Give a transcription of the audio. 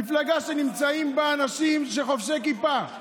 מפלגה שנמצאים בה אנשים חובשי כיפה,